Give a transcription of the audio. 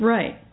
Right